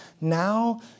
now